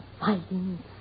Fighting